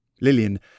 Lillian